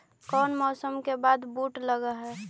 कोन मौसम के बाद बुट लग है?